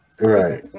Right